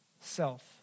self